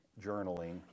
journaling